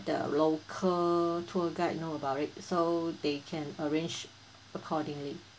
the local tour guide know about it so they can arrange accordingly